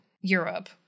Europe